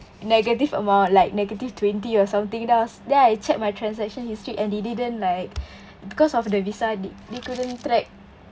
negative amount like negative twenty or something then I check my transaction history and they didn't like because of the Visa they they couldn't track